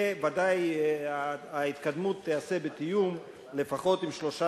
וודאי ההתקדמות תיעשה בתיאום לפחות עם שלושה